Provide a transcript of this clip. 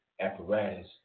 apparatus